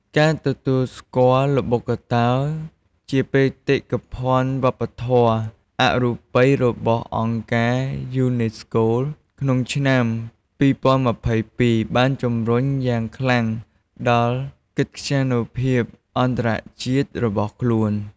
ការទទួលស្គាល់ល្បុក្កតោជាបេតិកភណ្ឌវប្បធម៌អរូបីរបស់អង្គការយូណេស្កូក្នុងឆ្នាំ២០២២ បានជំរុញយ៉ាងខ្លាំងដល់កិត្យានុភាពអន្តរជាតិរបស់ខ្លួន។